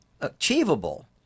achievable